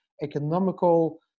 economical